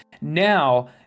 now